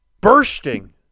bursting